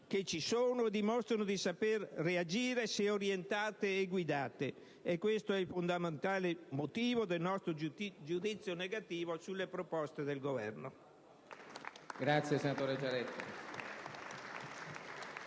che ci sono e che dimostrano di saper reagire, se ben orientate e guidate. E questo è il fondamentale motivo del nostro giudizio negativo sulle proposte del Governo.